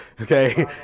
okay